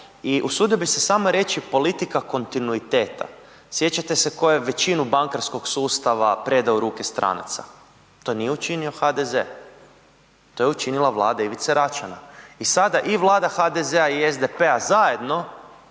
I usudio bi se samo reći politika kontinuiteta. Sjećate se tko je većinu bankarskog sustava predao u ruke stranaca. To nije učinio HDZ. To je učinila vlada Ivice Račana. I sada i Vlada HDZ-a i SDP-a zajedno